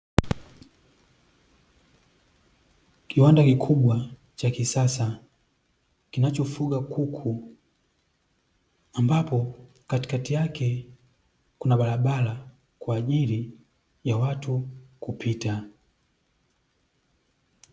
Kiwanda kikubwa cha kisasa, kinachofuga kuku, ambapo katikati yake kuna barabara kwa ajili ya watu kupita.